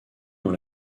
dans